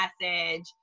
message